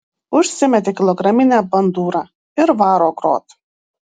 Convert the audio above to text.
užsimetė kilograminę bandūrą ir varo grot